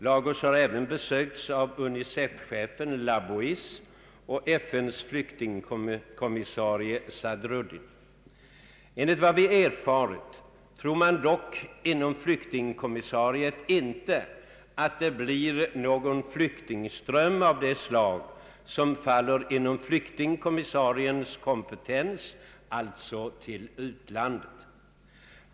Lagos har även besökts av UNICEF-chefen Labouisse och FN:s flyktingkommissarie prins Sadruddin. Enligt vad vi erfarit tror man dock inom flyktingkommissariatet inte att det blir någon flyktingström av det slag som faller inom flyktingkommissariens kompetens, alltså till utlandet.